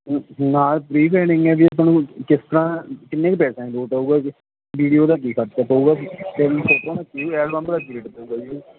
ਨਾਲ ਪੀ ਲੈਣੀ ਹੈ ਵੀ ਤੁਹਾਨੂੰ ਕਿਸ ਤਰ੍ਹਾਂ ਕਿੰਨੇ ਕੁ ਪੈਸਿਆਂ 'ਚ ਲੋਟ ਆਊਗਾ ਵੀਡੀਓ ਦਾ ਕੀ ਹਿਸਾਬ ਕਿਤਾਬ ਹੋਊਗਾ ਅਤੇ ਫੋਟੋਆਂ ਦਾ ਕੀ ਐਲਬਮ ਦਾ ਕੀ ਰੇਟ ਪਊਗਾ ਜੀ